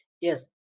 yes